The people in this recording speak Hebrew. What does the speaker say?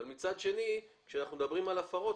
אבל מצד שני כשאנחנו מדברים על הפרות,